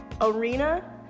arena